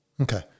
Okay